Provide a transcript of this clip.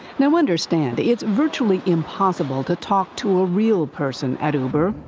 now understand, it's virtually impossible to talk to a real person at uber.